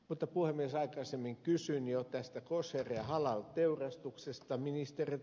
mutta puhemies aikaisemmin kysyin jo koser ja halal teurastuksesta ministeriltä